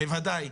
בוודאי.